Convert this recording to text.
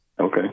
Okay